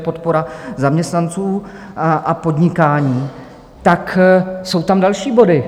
Podpora zaměstnanců a podnikání, tak jsou tam další body.